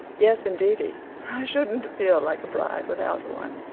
yes, indeedy. i shouldn't feel like a bride without one.